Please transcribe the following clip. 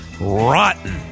rotten